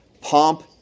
pomp